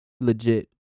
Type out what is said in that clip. legit